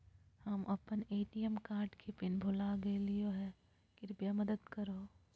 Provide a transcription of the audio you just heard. हम अप्पन ATM card के पिन भुला गेलिओ हे कृपया मदद कर हो